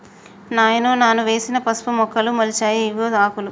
నాయనో నాను వేసిన పసుపు మొక్కలు మొలిచాయి ఇవిగో ఆకులు